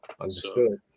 Understood